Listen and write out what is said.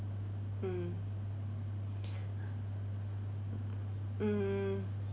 mm mm